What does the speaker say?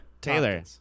Taylor